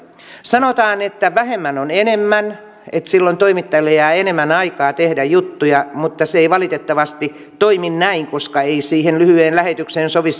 sanotaan että vähemmän on enemmän että silloin toimittajalle jää enemmän aikaa tehdä juttuja mutta se ei valitettavasti toimi näin koska ei siihen lyhyeen lähetykseen sovi